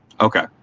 Okay